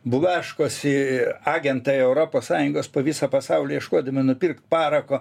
blaškosi agentai europos sąjungos po visą pasaulį ieškodami nupirkt parako